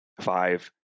five